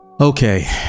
Okay